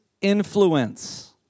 influence